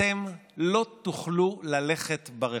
אתם לא תוכלו ללכת ברחוב.